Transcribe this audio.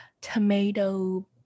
tomato